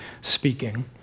speaking